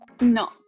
No